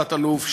תת-אלוף,